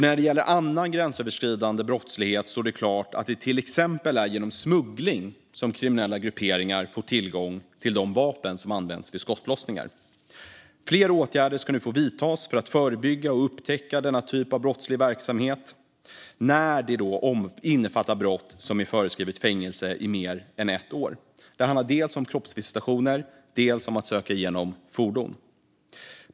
När det gäller annan gränsöverskridande brottslighet står det klart att det till exempel är genom smuggling som kriminella grupperingar får tillgång till de vapen som används vid skottlossningar. Fler åtgärder ska nu få vidtas för att förebygga och upptäcka denna typ av brottslig verksamhet när den innefattar brott för vilka är föreskrivet fängelse i mer än ett år. Det handlar dels om kroppsvisitationer, dels om att söka igenom fordon.